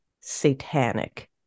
satanic